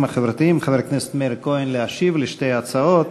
החברתיים חבר הכנסת מאיר כהן להשיב לשתי ההצעות.